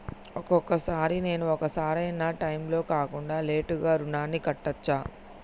ఒక్కొక సారి నేను ఒక సరైనా టైంలో కాకుండా లేటుగా రుణాన్ని కట్టచ్చా?